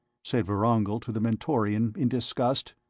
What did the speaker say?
said vorongil to the mentorian, in disgust,